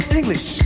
English